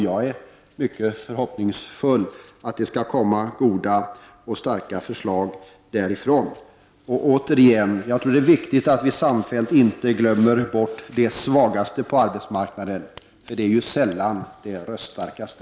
Jag är mycket förhoppningsfull och tror att det skall komma bra förslag från henne. Återigen: Jag tror att det är viktigt att vi samfällt ser till att man inte glömmer de svagaste på arbetsmarknaden — dessa är sällan de röststarkaste.